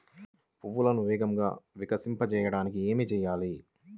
పువ్వులను వేగంగా వికసింపచేయటానికి ఏమి చేయాలి?